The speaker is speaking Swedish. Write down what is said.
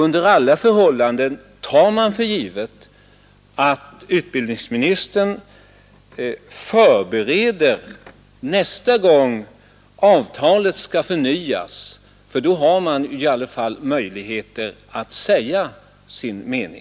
Under alla förhållanden tar man för givet att utbildningsministern tänker på detta nästa gång avtalet skall förnyas — då har han i alla fall möjligheter att säga sin mening.